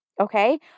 Okay